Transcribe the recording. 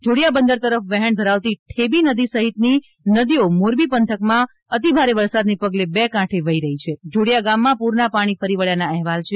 જોડિયા બંદર તરફ વહેણ ધરાવતી ઠેબી સહિતની નદીઓ મોરબી પંથકમાં અતિભારે વરસાદને પગલે બે કાંઠે વહી રહી છે અને જોડિયા ગામમાં પૂરના પાણી ફરી વળ્યા હોવાના અહેવાલ છે